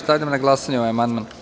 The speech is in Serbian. Stavljam na glasanje ovaj amandman.